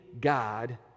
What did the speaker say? God